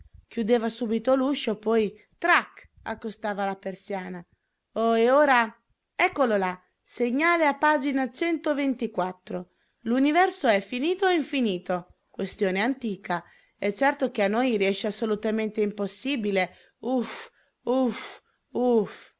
chiudeva subito l'uscio poi trac accostava la persiana oh e ora eccolo là segnale a pagina l'universo è finito o infinito questione antica è certo che a noi riesce assolutamente impossibile ufff